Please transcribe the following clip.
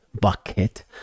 bucket